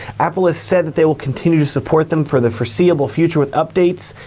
apple has said that they will continue to support them for the foreseeable future with updates.